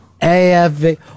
AFV